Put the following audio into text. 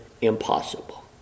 impossible